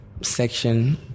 section